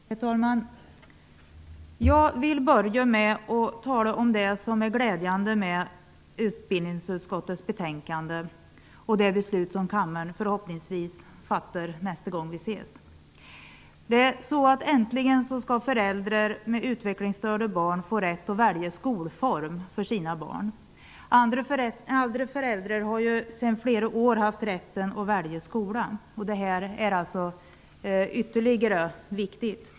Herr talman! Jag vill börja med att tala om det som är glädjande med utbildningsutskottets betänkande och det beslut som kammaren förhoppningsvis fattar nästa gång vi ses. Äntligen skall föräldrar med utvecklingsstörda barn få rätt att välja skolform för sina barn. Andra föräldrar har ju i flera år haft rätten att välja skola. Det här är alltså ytterligt viktigt.